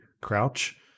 crouch